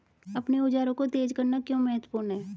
अपने औजारों को तेज करना क्यों महत्वपूर्ण है?